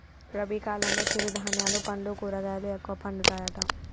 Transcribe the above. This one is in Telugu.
రబీ కాలంలో చిరు ధాన్యాలు పండ్లు కూరగాయలు ఎక్కువ పండుతాయట